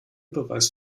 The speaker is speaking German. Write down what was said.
beweis